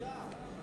זה חקיקה.